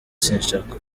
sinshaka